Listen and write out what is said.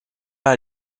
out